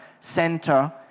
center